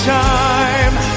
time